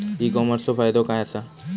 E कॉमर्सचो फायदो काय असा?